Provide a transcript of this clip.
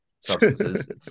substances